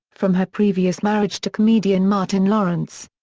from her previous marriage to comedian martin lawrence.